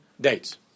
dates